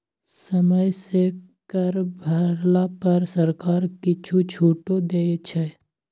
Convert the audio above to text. समय सँ कर भरला पर सरकार किछु छूटो दै छै